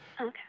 Okay